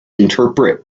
interpret